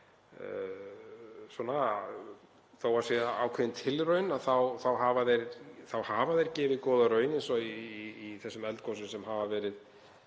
að það sé ákveðin tilraun þá hafa þeir gefið góða raun, eins og í þessum eldgosum sem hafa verið